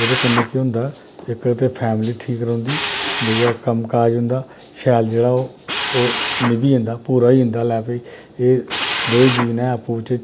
ओह्दे कन्नै केह् होंदा इक ते फैमली ठीक रौहंदी दूआ कम्म काज उं'दा शैल जेह्ड़ा ओह् निभी जंदा पूरा होई जंदा कि लै भई एह् दोऐ जीऽ न आपूं बिचें